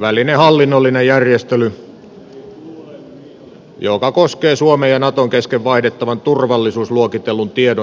välinen hallinnollinen järjestely joka koskee suomen ja naton kesken vaihdettavan turvallisuusluokitellun tiedon suojaamista